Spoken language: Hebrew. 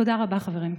תודה רבה, חברים.